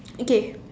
okay